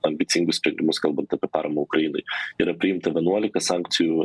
ambicingus sprendimus kalbant apie paramą ukrainai yra priimta vienuolika sankcijų